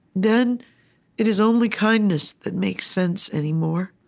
then it is only kindness that makes sense anymore,